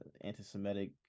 anti-Semitic